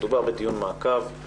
מדובר בדיון מעקב.